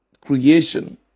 creation